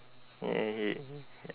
ya he